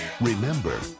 Remember